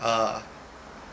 uh